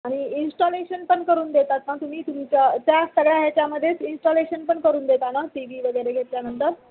आणि इन्स्टॉलेशन पण करून देतात ना तुम्ही तुमचं त्या सगळ्या ह्याच्यामध्येच इन्स्टॉलेशन पण करून देता ना टी वी वगैरे घेतल्यानंतर